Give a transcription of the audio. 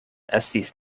estis